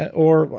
or.